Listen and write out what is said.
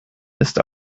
ist